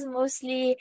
mostly